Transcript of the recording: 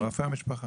רופא המשפחה.